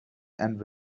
and